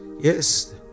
yes